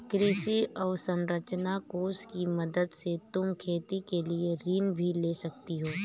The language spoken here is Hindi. कृषि अवसरंचना कोष की मदद से तुम खेती के लिए ऋण भी ले सकती हो